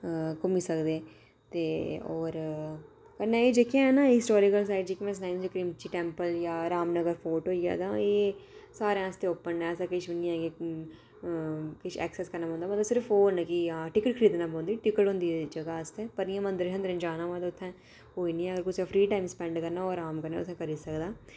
घुम्मी सकदे ते और कन्नै ऐ जेह्की हैन ना हिस्टोरिकल साइटां जेह्की में सनाई तुसें क्रिमची टैम्पल जां रामनगर फोर्ट होई गेआ तां एह् सारें आस्तै ओपन न ऐसा किश बी नेईं ऐ कि किश ऐक्सैस करना पौंदा मतलब सिर्फ ओह् न कि हां टिकट खरीदने पौंदी टिकट होंदी जगह् आस्तै पर इयां मंदरे शंदरे जाना होऐ तां उत्थै कोई निं अगर कुसै फ्री टाइम स्पैंड करना ओह् अराम कन्नै उत्थै करी सकदा